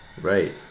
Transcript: Right